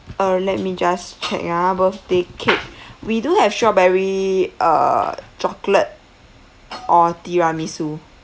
err let me just check ah birthday cake we do have strawberry uh chocolate or tiramisu